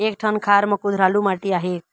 एक ठन खार म कुधरालू माटी आहे?